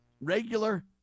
regular